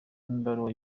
ibaruwa